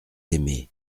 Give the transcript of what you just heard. aimé